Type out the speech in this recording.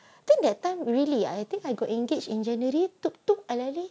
think that time really I think I could engage in january finally